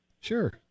Sure